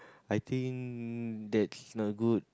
I think that's not good